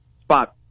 spot